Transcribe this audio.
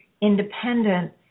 independent